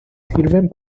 sirven